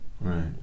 Right